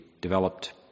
developed